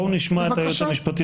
בואו נשמע את היועץ המשפטי.